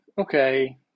okay